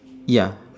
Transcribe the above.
ya